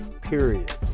period